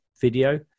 video